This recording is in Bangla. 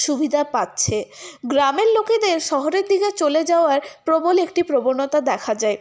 সুবিধা পাচ্ছে গ্রামের লোকেদের শহরের দিকে চলে যাওয়ার প্রবল একটি প্রবণতা দেখা যায়